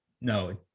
No